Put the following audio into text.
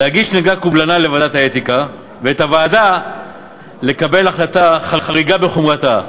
להגיש נגדה קובלנה לוועדת האתיקה ואת הוועדה לקבל החלטה חריגה בחומרתה?